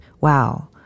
wow